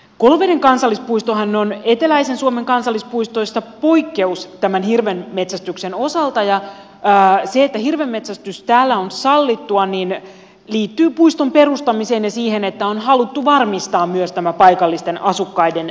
koloveden kansallispuistohan on eteläisen suomen kansallispuistoista poikkeus tämän hirvenmetsästyksen osalta ja se että hirvenmetsästys täällä on sallittua liittyy puiston perustamiseen ja siihen että on haluttu varmistaa myös tämä paikallisten asukkaiden tuki